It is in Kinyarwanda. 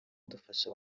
dufasha